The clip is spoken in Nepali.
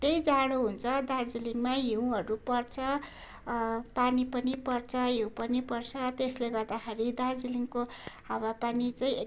जाडो हुन्छ दार्जिलिङमै हिउँहरू पर्छ पानी पनि पर्छ हिउँ पनि पर्छ त्यसले गर्दाखेरि दार्जिलिङको हावापानी चाहिँ